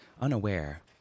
unaware